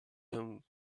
him